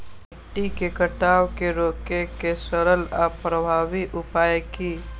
मिट्टी के कटाव के रोके के सरल आर प्रभावी उपाय की?